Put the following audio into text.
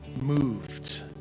moved